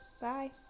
Bye